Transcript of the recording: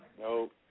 No